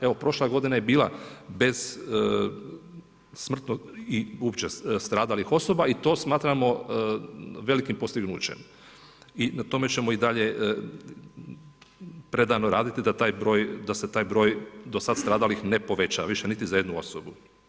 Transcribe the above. Evo, prošla godina je bila bez smrtnog i uopće stradalih osoba i to smatramo velikim postignućem i na tome ćemo i dalje predano raditi da taj broj, da se taj broj do sad stradalih ne poveća više niti za jednu osobu.